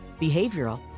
behavioral